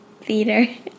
theater